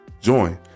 join